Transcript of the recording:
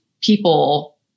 people